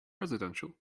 residential